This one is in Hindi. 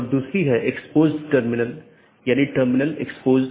दूसरे अर्थ में यह ट्रैफिक AS पर एक लोड है